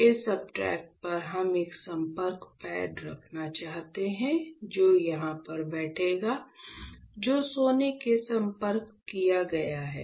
इस सब्सट्रेट पर हम एक संपर्क पैड रखना चाहते हैं जो यहां पर बैठेगा जो सोने से संपर्क किया गया है